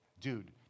Dude